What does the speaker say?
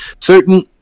certain